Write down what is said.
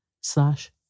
slash